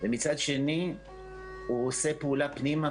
ומצד שני הוא עושה פעולה פנימה,